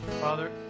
Father